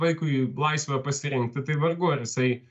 vaikui laisvę pasirinkti tai vargu ar jisai